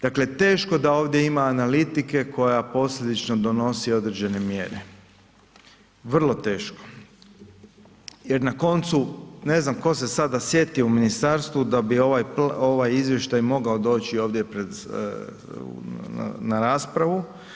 Dakle, teško da ovdje ima analitike koja posljedično donosi određene mjere, vrlo teško, jer na koncu ne znam tko se sada sjetio u ministarstvu da bi ovaj izvještaj mogao doći ovdje pred, na raspravu.